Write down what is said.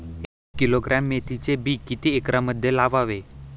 एक किलोग्रॅम मेथीचे बी किती एकरमध्ये लावावे?